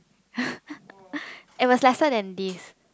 it was lesser than this